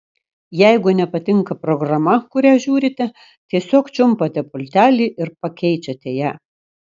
jeigu nepatinka programa kurią žiūrite tiesiog čiumpate pultelį ir pakeičiate ją